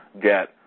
get